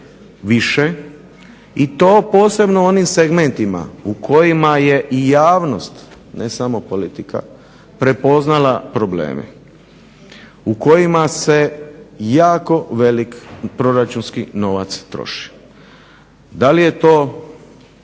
i to posebno u onim segmentima u kojima je i javnost ne samo politika prepoznala probleme, u kojima se jako velik proračunski novac troši. Da li je to